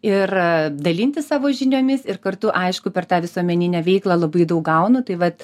ir dalintis savo žiniomis ir kartu aišku per tą visuomeninę veiklą labai daug gaunu tai vat